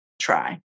try